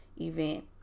event